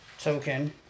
token